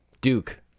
Duke